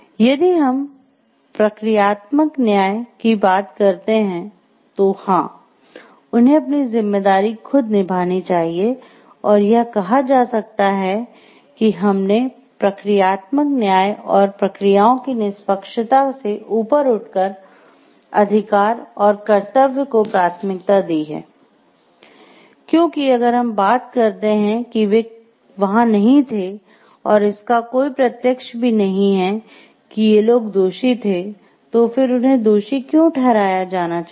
यदि हम प्रक्रियात्मक न्याय की बात करते हैं तो हाँ उन्हें अपनी जिम्मेदारी खुद निभानी चाहिए और यह कहा जा सकता है कि हमने प्रक्रियात्मक न्याय और प्रक्रियाओं की निष्पक्षता से ऊपर उठकर अधिकार और कर्तव्य को प्राथमिकता दी है क्योंकि अगर हम बात करते हैं कि वे वहां नहीं थे और इसका कोई प्रत्यक्ष भी नहीं है कि ये लोग दोषी थे तो फिर उन्हें दोषी क्यों ठहराया जाना चाहिए